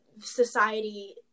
society